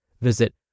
Visit